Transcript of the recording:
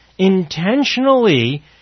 intentionally